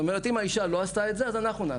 זאת אומרת אם האישה לא עשתה את זה אנחנו נעשה,